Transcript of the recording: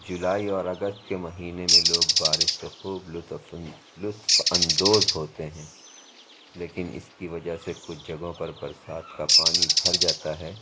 جولائی اور اگست کے مہینے میں لوگ بارش سے خوب لطف لطف اندوز ہوتے ہیں لیکن اِس کی وجہ سے کچھ جگہوں پر برسات کا پانی بھر جاتا ہے